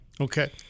Okay